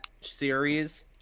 series